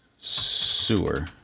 sewer